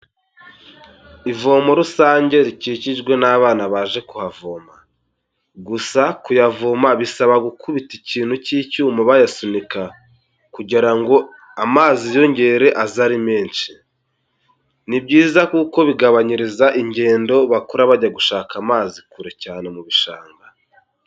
Ivomo rusange rikikijwe n'abana baje kuhavoma. Gusa kuyavoma bisaba gukubita ikintu cy'icyuma bayasunika kugira ngo amazi yiyongere aze ari menshi. Ni byiza kuko bigabanyiriza ingendo bakora bajya gushaka amazi kure cyane mu bishanga.